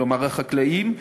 כלומר החקלאים,